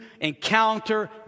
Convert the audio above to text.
encounter